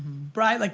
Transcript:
brian, like